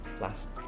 last